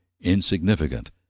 insignificant